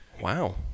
Wow